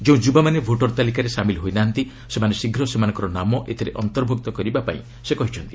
ଯେଉଁ ଯୁବାମାନେ ଭୋଟର ତାଲିକାରେ ସାମିଲ୍ ହୋଇ ନାହାନ୍ତି ସେମାନେ ଶୀଘ୍ର ସେମାନଙ୍କର ନାମ ଏଥିରେ ଅନ୍ତର୍ଭୁକ୍ତ କରିବାପାଇଁ ସେ କହିଛନ୍ତି